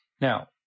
Now